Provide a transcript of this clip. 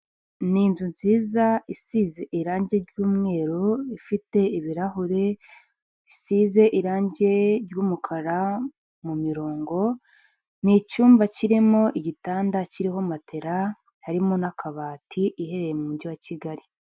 Ni inzu nziza isize irangi ry'umweru, ifite ibirahure bisize irangi ry'umukara mu mirongo, ni icyumba kirimo igitanda kiriho matera harimo n'akabati, iherereye mu mujyi wa Kigali,